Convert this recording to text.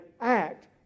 act